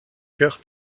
kurt